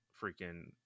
freaking